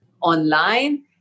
online